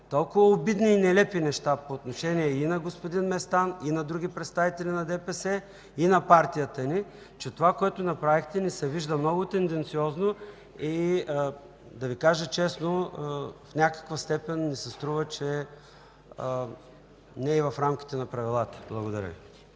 толкова обидни и нелепи неща по отношение и на господин Местан, и на други представители на ДПС, и на партията ни, че това, което направихте, ми се вижда много тенденциозно и, да Ви кажа честно, в някаква степен ми се струва, че не е в рамките на правилата. Благодаря Ви.